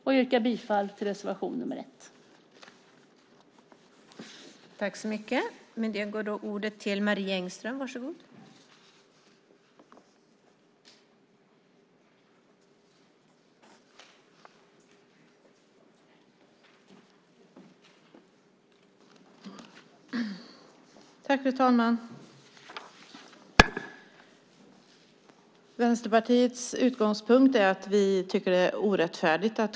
Jag yrkar bifall till reservation 1.